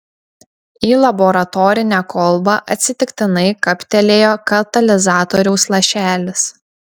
į laboratorinę kolbą atsitiktinai kaptelėjo katalizatoriaus lašelis